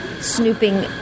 snooping